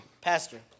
Pastor